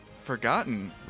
forgotten